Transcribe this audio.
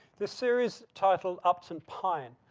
the series title upton pyne,